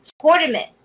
tournament